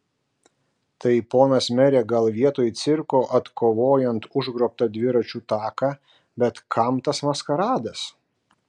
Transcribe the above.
tai ponas mere gal vietoj cirko atkovojant užgrobtą dviračių taką bet kam tas maskaradas